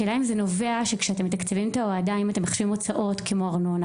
השאלה היא אם כשאתם מתקצבים את ההועדה אתם מחשבים הוצאות כמו ארנונה,